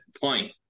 point